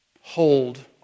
hold